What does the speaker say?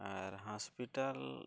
hospital